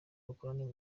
gukorana